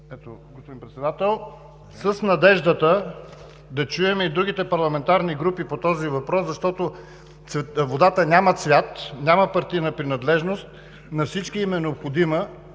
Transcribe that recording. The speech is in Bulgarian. по тези въпроси с надеждата да чуем и другите парламентарни групи по този въпрос, защото водата няма цвят, няма партийна принадлежност, на всички им е необходима